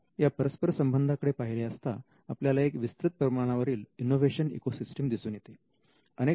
तेव्हा या परस्परसंबंधा कडे पाहिले असता आपल्याला एक विस्तृत प्रमाणावरील इनोव्हेशन इकोसिस्टीम दिसून येते